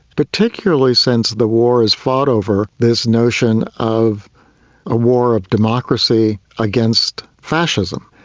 particularly since the war is fought over this notion of a war of democracy against fascism.